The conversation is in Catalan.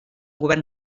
govern